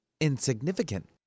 insignificant